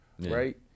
Right